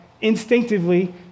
instinctively